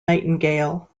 nightingale